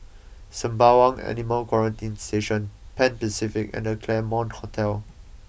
Sembawang Animal Quarantine Station Pan Pacific and The Claremont Hotel